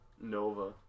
Nova